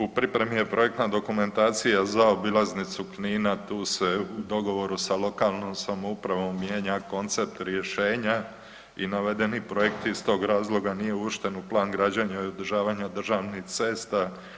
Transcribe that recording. U pripremi je projektna dokumentacija za obilaznicu Knina, tu se u dogovoru sa lokalnom samoupravom mijenja koncept rješenja i navedeni projekti iz toga razloga nije uvršten u plan građenja i održavanja državnih cesta.